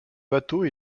bateaux